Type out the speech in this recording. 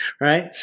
right